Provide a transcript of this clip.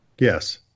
Yes